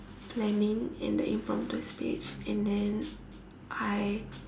planning and the impromptu speech and then I